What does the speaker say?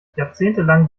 jahrzehntelang